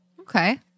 Okay